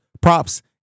props